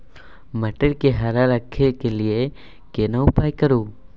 मटर के हरा रखय के लिए केना उपाय करू?